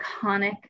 iconic